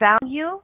value